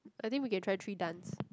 I think we can try three dance